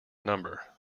number